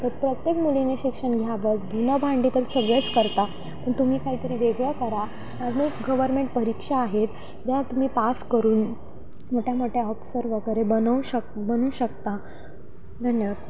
तर प्रत्येक मुलीने शिक्षण घ्यावंस धुणं भांडी तर सगळेच करता पण तुम्ही काहीतरी वेगळं करा आणि गव्हर्मेंट परीक्षा आहेत ज्या तुम्ही पास करून मोठ्यामोठ्या ऑप्सर वगैरे बनवू शक बनू शकता धन्यवाद